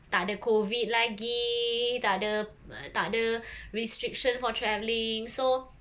tak ada COVID lagi tak ada uh tak ada restrictions for travelling so